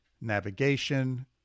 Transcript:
navigation